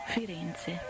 Firenze